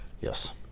Yes